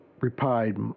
replied